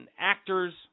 actors